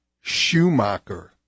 Schumacher